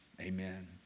Amen